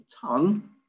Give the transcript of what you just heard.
tongue